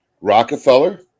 Rockefeller